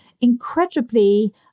incredibly